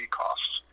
costs